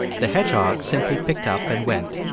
the hedgehog simply picked up and went.